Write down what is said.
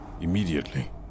immediately